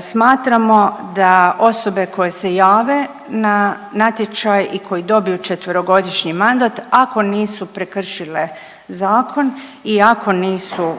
Smatramo da osobe koje se jave na natječaj i koje dobiju četverogodišnji mandat ako nisu prekršile zakon i ako nisu